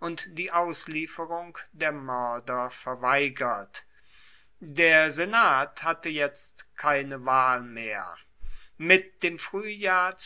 und die auslieferung der moerder verweigert der senat hatte jetzt keine wahl mehr mit dem fruehjahr